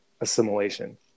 assimilation